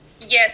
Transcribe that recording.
Yes